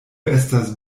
estas